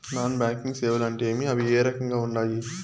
non banking సేవలు అంటే ఏమి అవి ఏ రకంగా ఉండాయి